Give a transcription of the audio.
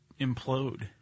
implode